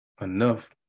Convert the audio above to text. enough